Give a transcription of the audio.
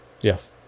Yes